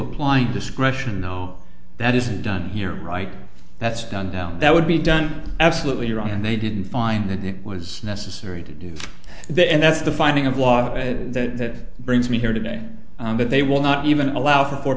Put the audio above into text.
apply discretion now that isn't done here right that's done that would be done absolutely wrong and they didn't find that it was necessary to do that and that's the finding of law that brings me here today but they will not even allow for four